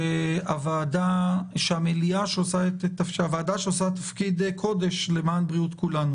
שבוועדה שעושה תפקיד קודש למען בריאות כולנו